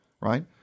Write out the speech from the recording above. right